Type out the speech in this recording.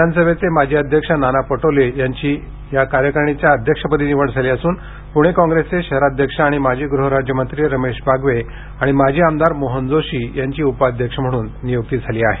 विधानसभेचे माजी अध्यक्ष नाना पटोले यांची अध्यक्षपदी निवड झाली असून पुणे काँग्रेसचे शहराध्यक्ष आणि माजी गृहराज्यमंत्री रमेश बागवे आणि माजी आमदार मोहन जोशी यांची उपाध्यक्ष म्हणून नियुक्ती झाली आहे